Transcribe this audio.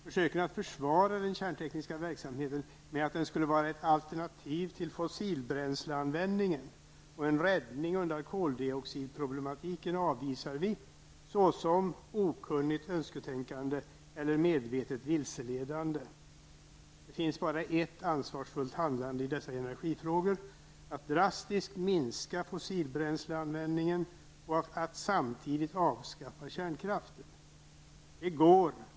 Försöken att försvara den kärntekniska verksamheten med att den skulle vara ett alternativ till fossilbränsleanvändningen och en räddning undan koldioxidproblematiken avvisar vi som okunnigt önsketänkande eller medvetet vilseledande. Det finns bara ett ansvarsfullt handlande i dessa energifrågor, nämligen att drastiskt minska fossilbränsleanvändningen och att avskaffa kärnkraften.